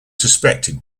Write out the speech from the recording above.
suspected